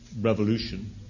revolution